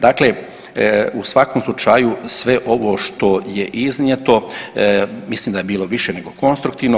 Dakle, u svakom slučaju sve ovo što je iznijeto mislim da je bilo više nego konstruktivno.